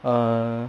err